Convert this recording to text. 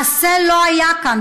מעשה לא היה כאן,